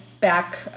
back